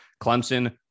Clemson